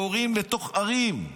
יורים לתוך ערים,